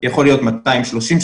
הוא יכול להיות 230 שקלים,